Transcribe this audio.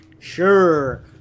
sure